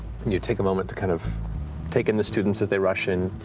you take a moment to kind of take in the students as they rush in.